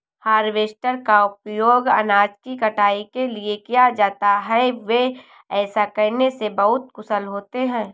harvester का उपयोग अनाज की कटाई के लिए किया जाता है, वे ऐसा करने में बहुत कुशल होते हैं